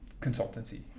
consultancy